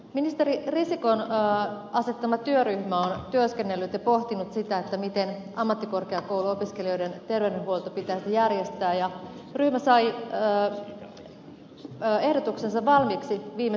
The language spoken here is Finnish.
ministeri risikon asettama työryhmä on työskennellyt ja pohtinut sitä miten ammattikorkeakouluopiskelijoiden terveydenhuolto pitäisi järjestää ja ryhmä sai ehdotuksensa valmiiksi viime syksynä